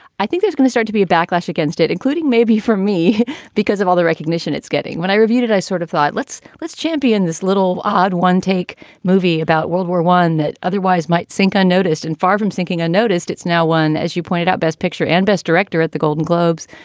i think there's going to start to be a backlash against it, including maybe for me because of all the recognition it's getting. when i reviewed it, i sort of thought, let's let's champion this little odd one take movie about world war one that otherwise might sink. i noticed. and far from thinking, i noticed it's now one, as you pointed out, best picture and best director at the golden globes,